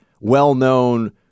well-known